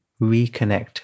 reconnect